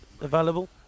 available